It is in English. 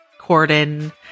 Corden